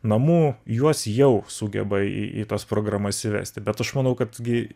namų juos jau sugeba į į tas programas įvesti bet aš manau kad gi